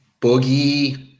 Boogie